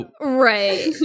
Right